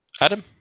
Adam